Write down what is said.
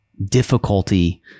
difficulty